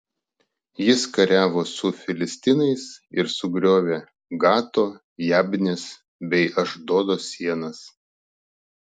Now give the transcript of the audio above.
jis kariavo su filistinais ir sugriovė gato jabnės bei ašdodo sienas